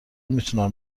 میتونم